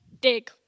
Dig